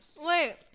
Wait